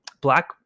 Black